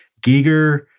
Giger